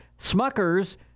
smuckers